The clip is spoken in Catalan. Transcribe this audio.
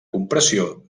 compressió